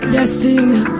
Destiny